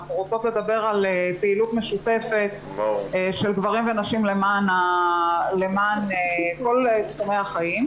אנחנו רוצות לדבר על פעילות משותפת של נשים וגברים בכל תחומי החיים.